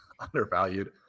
Undervalued